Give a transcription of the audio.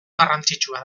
garrantzitsua